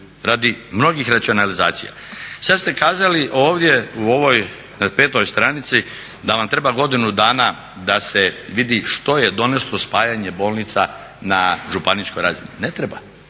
radi mnogih racionalizacija. Sada ste kazali ovdje u ovoj petoj stranici da vam treba godinu dana da se vidi što je doneslo spajanje bolnica na županijskoj razini, ne treba.